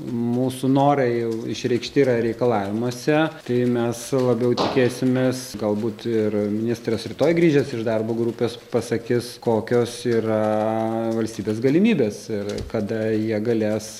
mūsų norai išreikšti yra reikalavimuose tai mes labiau tikėsimės galbūt ir ministras rytoj grįžęs iš darbo grupės pasakis kokios yra valstybės galimybės ir kada jie galės